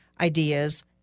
ideas